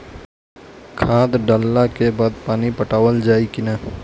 खाद डलला के बाद पानी पाटावाल जाई कि न?